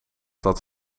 dat